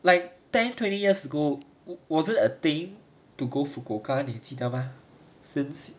like ten twenty years ago was it a thing to go fukuoka 你记得吗 since